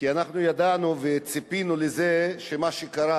כי אנחנו ידענו וצפינו את מה שקרה,